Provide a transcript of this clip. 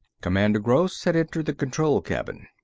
commander gross had entered the control cabin.